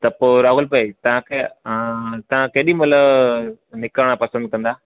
त पोइ राहुल भाई तव्हांखे आं तव्हां केॾीमहिल निकिरिणु पसंदि कंदा